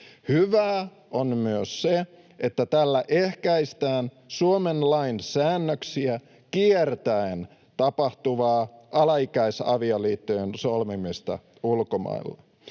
Hyvää on myös se, että tällä ehkäistään Suomen lain säännöksiä kiertäen tapahtuvaa alaikäisavioliittojen solmimista ulkomailla.